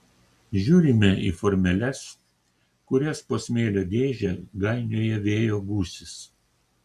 žiūrime į formeles kurias po smėlio dėžę gainioja vėjo gūsis